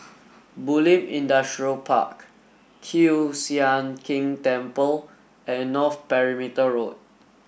Bulim Industrial Park Kiew Sian King Temple and North Perimeter Road